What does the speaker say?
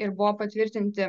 ir buvo patvirtinti